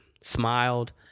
smiled